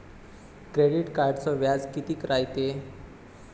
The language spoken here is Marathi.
क्रेडिट कार्डचं व्याज कितीक रायते?